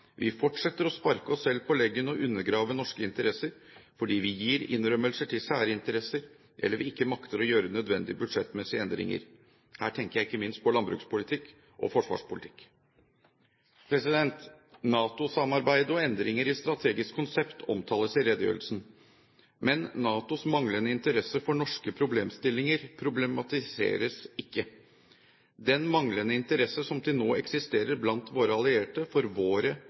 Vi fortsetter å sparke oss selv på leggen og undergrave norske interesser, fordi vi gir innrømmelser til særinteresser, eller fordi vi ikke makter å gjøre nødvendige budsjettmessige endringer. Her tenker jeg ikke minst på landbrukspolitikk og forsvarspolitikk. NATO-samarbeidet og endringer i strategisk konsept omtales i redegjørelsen. Men NATOs manglende interesse for norske problemstillinger problematiseres ikke. Den manglende interesse som til nå eksisterer blant våre allierte for våre